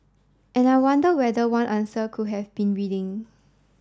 and I wonder whether one answer could have been reading